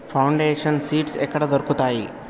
Foundation seeds ఎక్కడ దొరుకుతాయి?